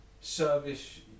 service